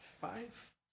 five